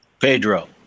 Pedro